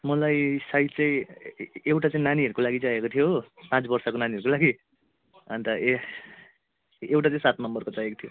मलाई साइज चाहिँ ए एउटा चाहिँ नानीहरूको लागि चाहिएको थियो हो पाँच वर्षको नानाहरूको लागि अन्त ए एउटा चाहिँ सात नम्बरको चाहिएको थियो